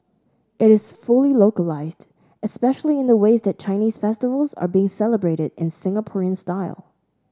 it is fully localised especially in the ways that Chinese festivals are being celebrated in Singaporean style